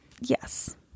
Yes